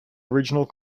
original